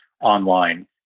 online